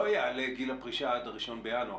לא יעלה גיל הפרישה עד ה-1 בינואר.